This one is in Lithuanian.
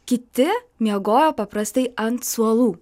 kiti miegojo paprastai ant suolų